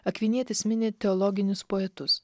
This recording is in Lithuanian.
akvinietis mini teologinius poetus